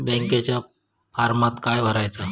बँकेच्या फारमात काय भरायचा?